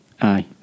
Aye